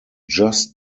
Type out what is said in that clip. just